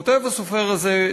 כותב הסופר הזה,